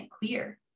clear